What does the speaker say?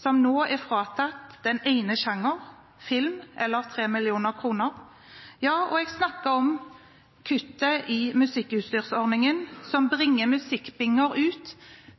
som nå er fratatt den ene sjangeren, film – eller 3 mill. kr. Og jeg snakker om kuttet til musikkutstyrsordningen som bringer musikkpenger ut